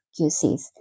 QCs